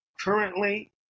Currently